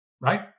right